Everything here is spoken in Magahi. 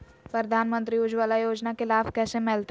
प्रधानमंत्री उज्वला योजना के लाभ कैसे मैलतैय?